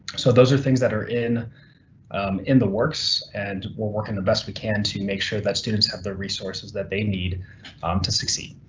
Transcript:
so those are things that are in in the works and we're working the best we can to make sure that students have the resources that they need to succeed.